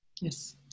Yes